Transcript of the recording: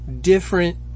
different